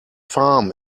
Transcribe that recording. farm